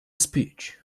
speech